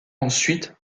ensuite